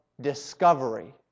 discovery